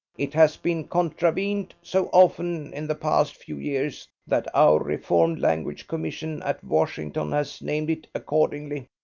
it has been contravened so often in the past few years that our reformed language commission at washington has named it accordingly.